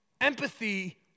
Empathy